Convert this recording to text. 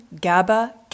GABA